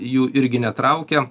jų irgi netraukia